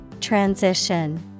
Transition